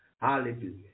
Hallelujah